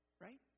right